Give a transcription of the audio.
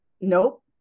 nope